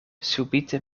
subite